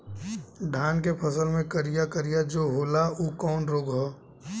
धान के फसल मे करिया करिया जो होला ऊ कवन रोग ह?